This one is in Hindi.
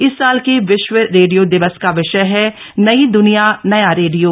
इस साल के विश्व रेडियो दिवस का विषय है नई दुनिया नया रेडियो